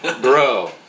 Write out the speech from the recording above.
bro